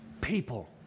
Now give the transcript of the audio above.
people